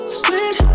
split